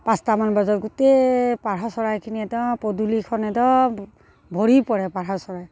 পাঁচটামান বজাত গোটেই পাৰ চৰাইখিনি একদম পদূলিখন একদম ভৰি পৰে পাৰ চৰাই